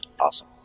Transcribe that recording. Awesome